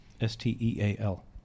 S-T-E-A-L